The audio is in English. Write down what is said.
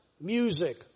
music